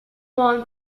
won